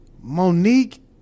Monique